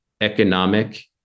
economic